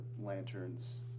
lanterns